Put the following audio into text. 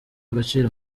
agaciro